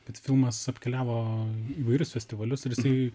bet filmas apkeliavo įvairius festivalius ir jisai